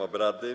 obrady.